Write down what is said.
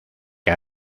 que